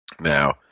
Now